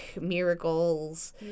miracles